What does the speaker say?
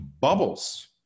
bubbles